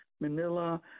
Manila